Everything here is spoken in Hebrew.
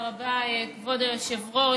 תודה רבה, כבוד היושב-ראש.